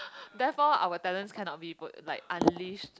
therefore our talents cannot be put like unleashed